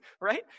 right